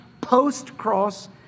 post-cross